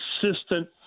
consistent